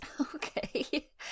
Okay